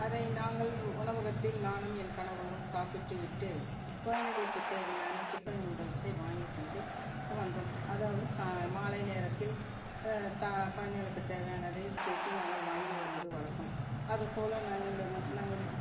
அதை நாங்கள் உணவகத்தில் நானும் என் கணவரும் சாப்பிட்டுவிட்டு குழந்தைகளுக்கு தேவையான சிக்கன் நூடுல்சை வாங்கிக்கொண்டு வந்தோம் அதாவது மாலை நேரத்தில் குழந்தைகளுக்கு தேவையானதை கேட்டு நாங்கள் வாங்கி வருவது வழக்கம் அது போல் நாங்கள்